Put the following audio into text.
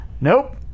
nope